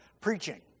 preaching